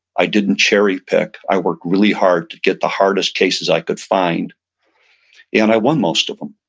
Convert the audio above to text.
i didn't cherry pick. i worked really hard to get the hardest cases i could find and i won most of them.